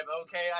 okay